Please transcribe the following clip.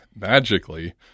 magically